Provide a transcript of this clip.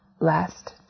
last